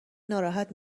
ناراحت